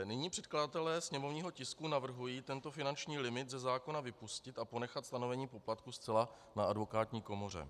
Nyní předkladatelé sněmovního tisku navrhují tento finanční limit ze zákona vypustit a ponechat stanovení poplatku zcela na advokátní komoře.